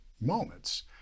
moments